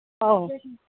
ꯑꯧ